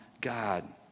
god